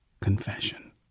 confession